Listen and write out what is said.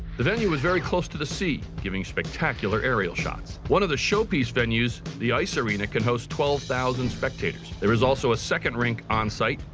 the venue is very close to the sea, giving spectacular aerial shots. one of the showpiece venues, the ice arena can host twelve thousand spectators. there is also a second rink on site.